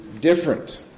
different